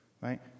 right